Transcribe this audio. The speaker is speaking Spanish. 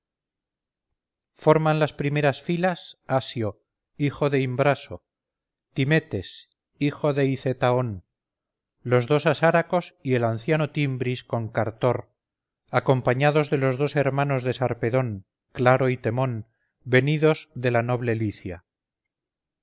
forman las primeras filas asio hijo de imbraso timetes hijo de hicetaón los dos asáracos y el anciano timbris con cartor acompañados de los dos hermanos sarpedón claro y temón venidos de la noble licia